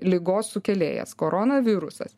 ligos sukėlėjas koronavirusas